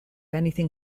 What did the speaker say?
anything